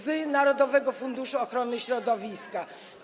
z narodowego funduszu ochrony środowiska.